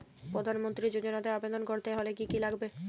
প্রধান মন্ত্রী যোজনাতে আবেদন করতে হলে কি কী লাগবে?